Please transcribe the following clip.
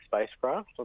spacecraft